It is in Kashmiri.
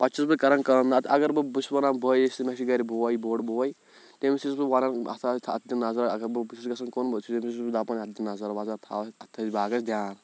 پَتہٕ چھُس بہٕ کَران کٲم نَتہٕ اگر بہٕ بہٕ چھُس وَنان بٲیِس تہِ مےٚ چھُ گَرِ بوے بوٚڈ بوے تیٚمِس چھُس بہٕ وَنان اتھ تھا اَتھ دِ نظرہ اگر بہٕ بہٕ چھُس گژھان کُن سُہ چھِ تیٚمِس چھُس بہٕ دَپان یَتھ دِ نظر وظر تھاو یَتھ اَتھ تھٔوزِ باغس دھیان